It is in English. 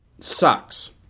sucks